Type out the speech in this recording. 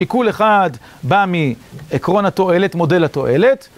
שיקול אחד בא מעקרון התועלת, מודל התועלת.